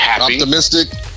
optimistic